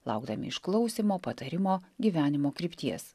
laukdami išklausymo patarimo gyvenimo krypties